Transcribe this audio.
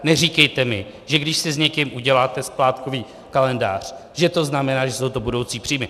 Neříkejte mi, že když si s někým uděláte splátkový kalendář, že to znamená, že jsou to budoucí příjmy.